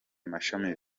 mashami